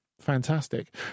fantastic